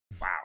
wow